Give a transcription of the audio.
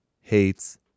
Hates